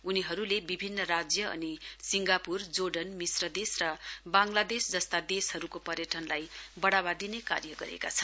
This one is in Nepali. उनीहरूले विभिन्न राज्य अनि सिंगापुर जोर्डन मिश्रदेश र बांगलादेश जस्ता देशहरूको पर्यटनलाई बढ़ावा दिने कार्य गरेका छन्